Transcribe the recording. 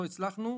לא הצלחנו,